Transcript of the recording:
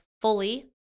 fully